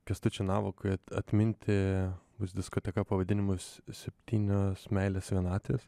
kęstučiui navakui atminti bus diskoteka pavadinimas septynios meilės vienatvės